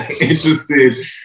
interested